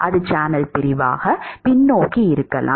அது சேனல் பிரிவாக பின்னோக்கி இருக்கலாம்